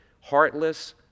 heartless